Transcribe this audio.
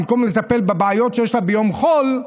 במקום לטפל בבעיות שיש לה ביום חול,